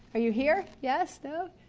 are you here? yes? no?